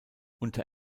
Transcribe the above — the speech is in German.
unter